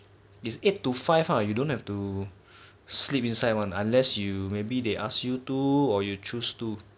it's eight to five ah you don't have to sleep inside one unless you maybe they ask you to or you choose to